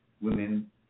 women